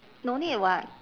no need [what]